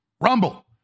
Rumble